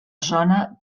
zona